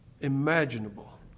imaginable